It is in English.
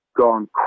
gone